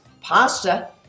pasta